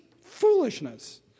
foolishness